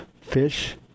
Fish